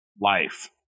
life